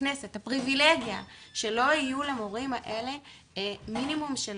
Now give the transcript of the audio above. ככנסת את הפריבילגיה שלא יהיו למורים האלה מינימום של